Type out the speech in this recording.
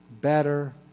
better